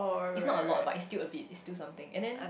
is not a lot but is still a bit is still something and then